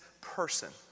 person